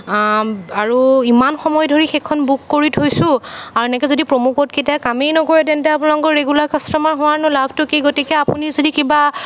আৰু ইমান সময় ধৰি সেইখন বুক কৰি থৈছোঁ আৰু এনেকে যদি প্ৰ'মো কোড কেইটাই কামেই নকৰে তেন্তে আপোনালোকৰ ৰেগুলাৰ কাষ্টমাৰ হোৱাৰ লাভনো কি গতিকে আপুনি যদি কিবা